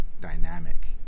dynamic